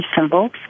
symbols